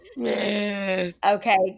Okay